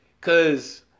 cause